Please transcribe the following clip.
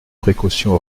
précautions